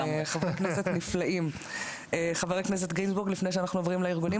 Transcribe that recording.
לפני שאנחנו עוברים לארגונים,